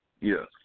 Yes